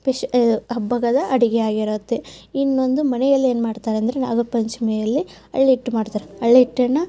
ಪೆಶ ಹಬ್ಬಗಳ ಅಡುಗೆ ಆಗಿರುತ್ತೆ ಇನ್ನೊಂದು ಮನೆಯಲ್ಲಿ ಏನು ಮಾಡ್ತಾರೆ ಅಂದರೆ ನಾಗರ ಪಂಚಮಿಯಲ್ಲಿ ಅರಳಿಟ್ಟು ಮಾಡ್ತಾರೆ ಅರಳಿಟ್ಟನ್ನ